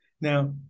Now